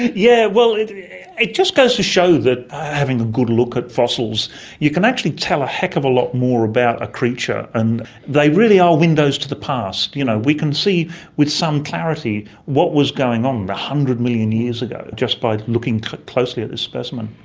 yeah well, it it just goes to show that having a good look at fossils you can actually tell a heck of a lot more about a creature, and they really are windows to the past. you know we can see with some clarity what was going on one and hundred million years ago just by looking closely at this specimen.